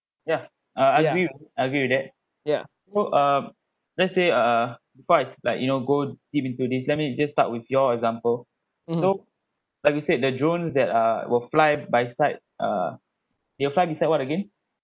yeah uh I agree I agree with that yeah so uh let's say err before I s~ like you know go deep into this let me just start with your example so like you me said the drone that uh will fly by side uh will fly beside what again